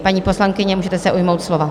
Paní poslankyně, můžete se ujmout slova.